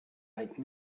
like